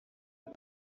کار